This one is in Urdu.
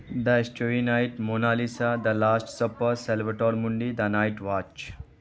the starry night Mona Lisa the last supper Salvator Mundi the night watch